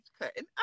cutting